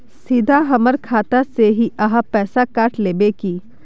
सीधा हमर खाता से ही आहाँ पैसा काट लेबे की?